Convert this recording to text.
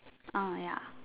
uh ya